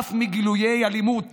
ואף מגילויי אלימות